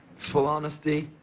full honesty,